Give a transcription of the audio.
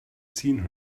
seen